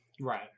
Right